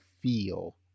feel